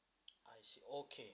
I see okay